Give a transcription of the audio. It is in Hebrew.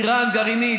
איראן גרעינית,